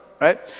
Right